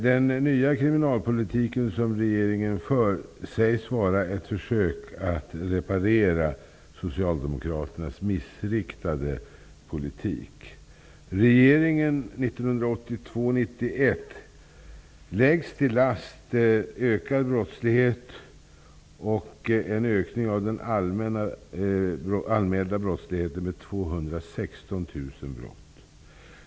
Den nya kriminalpolitik som regeringen för sägs vara ett försök att reparera socialdemokraternas missriktade politik. Regeringen 1982-1991 läggs till last ökad brottslighet och en ökning av den anmälda brottsligheten med 216 000 brott.